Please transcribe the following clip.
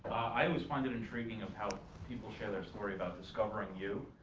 i always find it intriguing of how people share their story about discovering you.